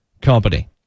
company